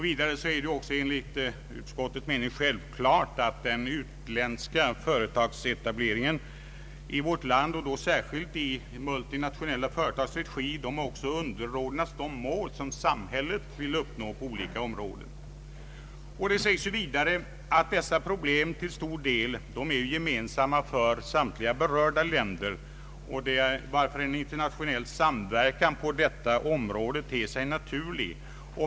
Vidare är det enligt utskottets mening självklart att den utländska företagsetableringen i vårt land, och då särskilt i multinationella företags regi, underordnas de mål som samhället vill uppnå på olika områden. Det sägs vidare att dessa problem till stor del är gemensamma för samtliga berörda länder, varför en internationell samverkan på detta område ter sig naturlig.